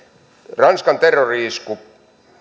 ranskan terrori isku